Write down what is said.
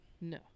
no